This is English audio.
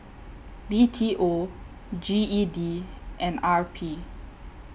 B T O G E D and R P